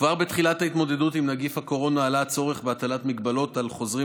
כבר בתחילת ההתמודדות עם נגיף הקורונה עלה הצורך בהטלת מגבלות על חוזרים